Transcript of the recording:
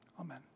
amen